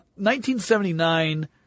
1979